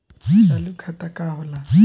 चालू खाता का होला?